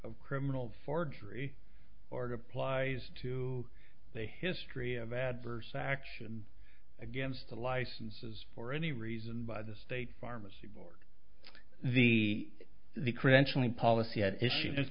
of criminal forgery or to applies to the history of adverse action against the licenses for any reason by the state pharmacy board the the credentialing policy at issue